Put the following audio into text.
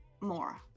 more